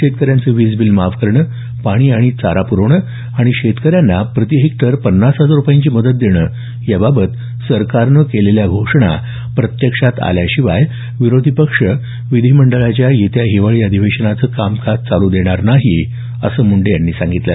शेतकऱ्यांचं वीजबिल माफ करणं पाणी आणि चारा पुरवणं आणि शेतकऱ्यांना प्रति हेक्टर पन्नास हजार रुपयांची मदत देणं याबाबत सरकारनं केलेल्या घोषणा प्रत्यक्षात आल्याशिवाय विरोधी पक्ष विधीमंडळाच्या येत्या हिवाळी अधिवेशनाचं कामकाज चालू देणार नाही असं मुंडे यांनी म्हटलं